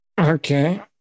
Okay